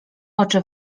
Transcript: oczy